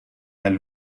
nel